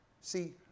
See